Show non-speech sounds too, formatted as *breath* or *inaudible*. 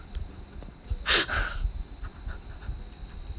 *breath*